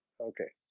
okay